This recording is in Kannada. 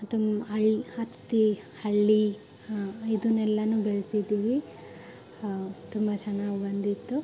ತುಂಬ ಹಳ್ಳಿ ಹತ್ತಿ ಹಳ್ಳಿ ಇದನ್ನೆಲ್ಲನೂ ಬೆಳ್ಸಿದೀವಿ ತುಂಬ ಚೆನ್ನಾಗ್ ಬಂದಿತ್ತು